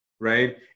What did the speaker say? right